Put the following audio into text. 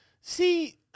See